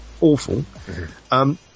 awful